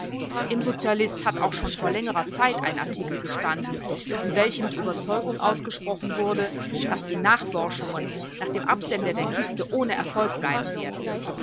im sozialist hat auch schon vor längerer zeit ein artikel gestanden in welchem die überzeugung ausgesprochen wurde daß die nachforschungen nach dem absender der kiste ohne erfolg bleiben werden